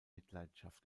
mitleidenschaft